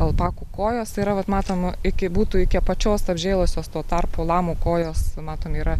alpakų kojos yra vat matom iki būtų iki apačios apžėlusios tuo tarpu lamų kojos matom yra